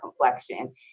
complexion